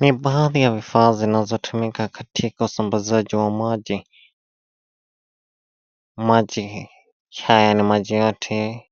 Ni baadhi ya vifaa zinazotumika katika usambazaji wa maji. Maji haya ni maji yote